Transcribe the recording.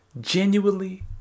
genuinely